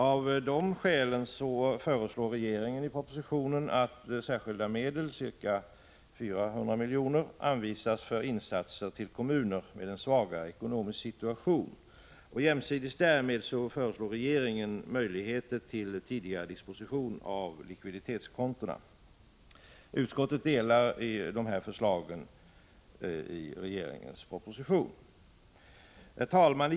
Av det skälet föreslår regeringen i propositionen att särskilda medel om ca 400 miljoner anvisas för insatser till kommuner med en svagare ekonomisk situation. Jämsides därmed föreslår regeringen möjligheter till tidigare disposition av likviditetskontona. Utskottet instämmer i dessa förslag. Herr talman!